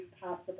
possible